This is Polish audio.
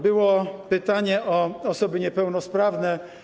Było pytanie o osoby niepełnosprawne.